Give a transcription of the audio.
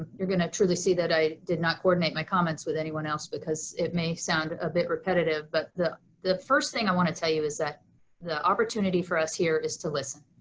ah you're gonna truly see that i did not coordinate my comments with anyone else because it may sound a bit repetitive, but the the first thing i wanna tell you is that the opportunity for us here is to listen.